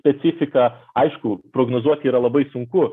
specifiką aišku prognozuoti yra labai sunku